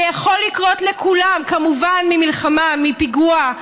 זה יכול לקרות לכולם, כמובן ממלחמה, מפיגוע.